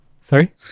Sorry